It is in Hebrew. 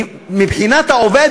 מבחינת העובד,